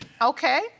Okay